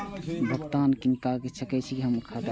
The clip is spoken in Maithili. भुगतान किनका के सकै छी हम खाता से?